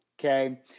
okay